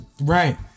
Right